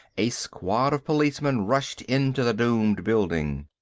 a squad of policemen rushed into the doomed building.